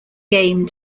game